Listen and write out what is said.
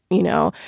you know.